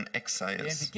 exiles